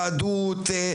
יהדות,